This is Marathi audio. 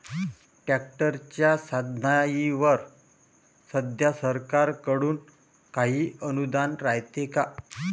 ट्रॅक्टरच्या साधनाईवर सध्या सरकार कडून काही अनुदान रायते का?